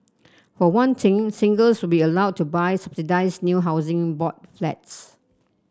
for one thing singles will be allowed to buy subsidised new Housing Board Flats